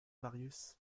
marius